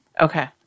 okay